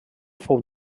fou